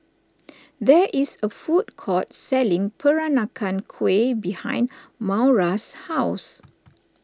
there is a food court selling Peranakan Kueh behind Maura's house